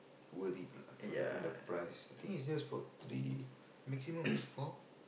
worth it lah for the and the price I think it's just for three maximum is four